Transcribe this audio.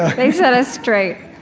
they set us straight